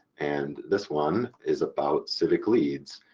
and this one is about civicleads.